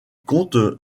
comptent